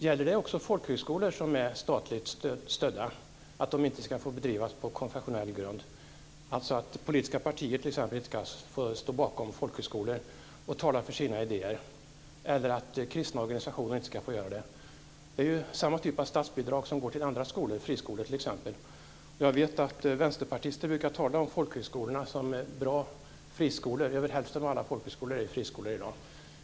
Gäller det också folkhögskolor som är statligt stödda, att de inte ska få bedrivas på konfessionell grund, t.ex. att politiska partier inte ska få stå bakom folkhögskolor eller att kristna organisationer inte ska få göra det? Det rör sig ju om samma typ av statsbidrag som går till andra skolor, t.ex. friskolor. Jag vet att vänsterpartister brukar tala om folkhögskolor som bra friskolor. Över hälften av alla folkhögskolor är friskolor i dag.